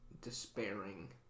Despairing